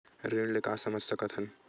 ऋण ले का समझ सकत हन?